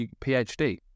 PhD